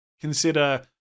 consider